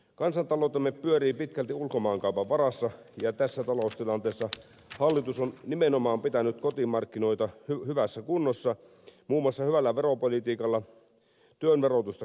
kansantaloutemme pyörii pitkälti ulkomaankaupan varassa ja tässä taloustilanteessa hallitus on nimenomaan pitänyt kotimarkkinoita hyvässä kunnossa muun muassa hyvällä veropolitiikalla työn verotusta keventämällä